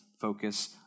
focus